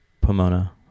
Pomona